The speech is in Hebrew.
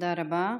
תודה רבה.